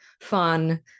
fun